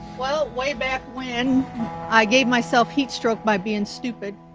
well, way back when i gave myself heat stroke by being stupid,